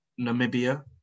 Namibia